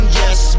yes